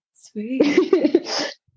sweet